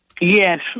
Yes